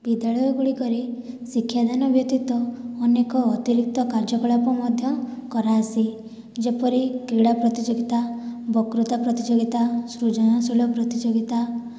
ବିଦ୍ୟାଳୟଗୁଡ଼ିକରେ ଶିକ୍ଷାଦାନ ବ୍ୟତୀତ ଅନେକ ଅତିରିକ୍ତ କାର୍ଯ୍ୟକଳାପ ମଧ୍ୟ କରାହେସି ଯେପରି କ୍ରୀଡ଼ା ପ୍ରତିଯୋଗିତା ବକ୍ତୃତା ପ୍ରତିଯୋଗିତା ସୁଜନଶିଳ ପ୍ରତିଯୋଗିତା